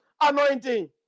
anointing